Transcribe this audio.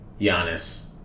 Giannis